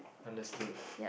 understood